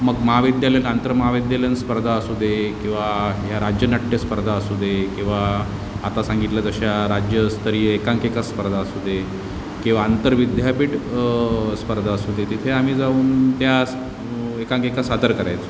मग महाविद्यालयीन आंतरमहाविद्यालयीन स्पर्धा असू दे किंवा ह्या राज्यनाट्य स्पर्धा असू दे किंवा आता सांगितलं तशा राज्यस्तरीय एकांकिका स्पर्धा असू दे किंवा आंतरविद्यापीठ स्पर्धा असू दे तिथे आम्ही जाऊन त्या एकांकिका सादर करायचो